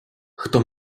хто